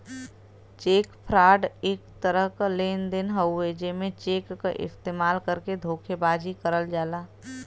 check fraud एक तरह क लेन देन हउवे जेमे चेक क इस्तेमाल करके धोखेबाजी करल जाला